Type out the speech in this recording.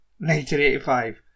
1985